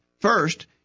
First